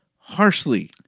harshly